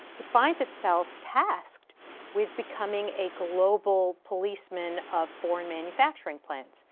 it finds itself tasked with becoming a global policeman of foreign manufacturing plants.